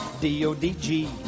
D-O-D-G